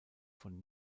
von